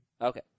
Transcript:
Okay